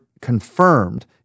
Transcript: confirmed